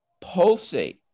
pulsate